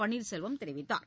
பன்னீர்செல்வம் தெரிவித்தார்